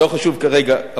לא חשוב כרגע.